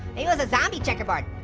it was a zombie checkerboard.